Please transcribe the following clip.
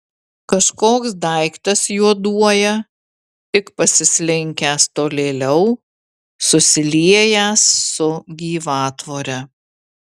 kažkoks daiktas juoduoja tik pasislinkęs tolėliau susiliejęs su gyvatvore